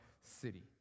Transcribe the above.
city